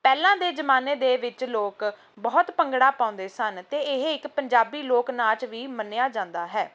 ਪਹਿਲਾਂ ਦੇ ਜ਼ਮਾਨੇ ਦੇ ਵਿੱਚ ਲੋਕ ਬਹੁਤ ਭੰਗੜਾ ਪਾਉਂਦੇ ਸਨ ਅਤੇ ਇਹ ਇੱਕ ਪੰਜਾਬੀ ਲੋਕ ਨਾਚ ਵੀ ਮੰਨਿਆ ਜਾਂਦਾ ਹੈ